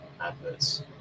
adverts